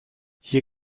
hier